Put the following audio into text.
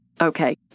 Okay